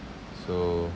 so